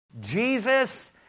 Jesus